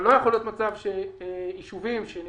אבל לא יכול להיות מצב שיישובים שנמצאים,